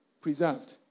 Preserved